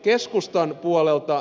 keskustan puolelta